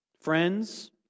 friends